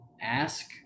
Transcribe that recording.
ask